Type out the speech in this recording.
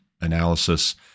analysis